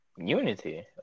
Unity